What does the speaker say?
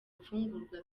mfungurwa